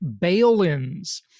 bail-ins